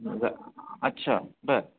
बरं अच्छा बरं